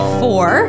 four